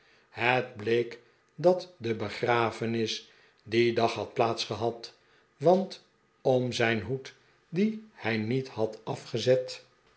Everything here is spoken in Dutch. het bleek dat de begrafenis dien dag had plaats gehad want om zijn hoed dien hij niet had afgezet